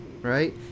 right